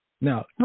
Now